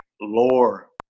lore